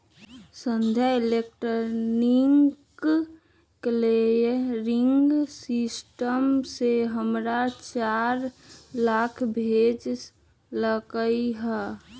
संध्या electronic clearing system से हमरा चार लाख भेज लकई ह